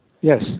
Yes